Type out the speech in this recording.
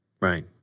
Right